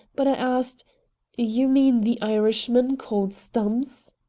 but i asked you mean the irishman called stumps?